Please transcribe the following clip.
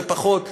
זה פחות,